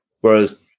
whereas